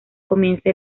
comienza